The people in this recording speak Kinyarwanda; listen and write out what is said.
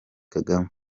kagame